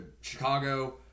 Chicago